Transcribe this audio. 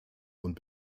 und